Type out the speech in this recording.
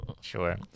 Sure